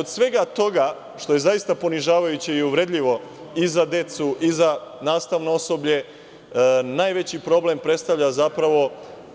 Od svega toga što je zaista ponižavajuće i uvredljivo i za decu i za nastavno osoblje najveći problem predstavlja